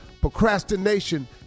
procrastination